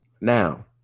now